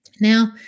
Now